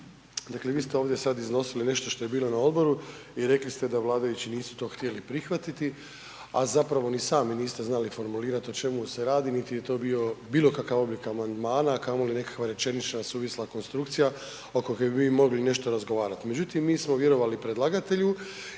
dakle vi ste ovdje sad iznosili nešto što je bilo na odboru i rekli ste da vladajući nisu to htjeli prihvatiti, a zapravo ni sami niste znali formulirat o čemu se radi, niti je to bio bilo kakav oblik amandmana, a kamoli nekakva rečenična suvisla konstrukcija oko koje bi mi mogli nešto razgovarat.